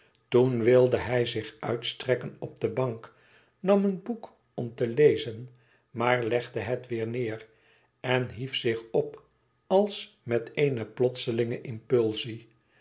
toen wilde hij zich uitstrekken op de bank nam een boek om te lezen maar legde het weêr neêr en hief zich op als met eene plotselinge impulsie